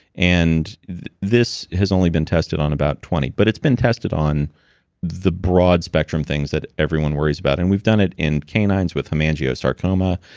and this has only been tested on about twenty. but it's been tested on the broad spectrum things that everyone worries about, and we've done it in canines with hemangiosarcoma,